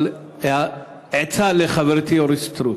אבל עצה לחברתי אורית סטרוק: